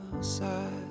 side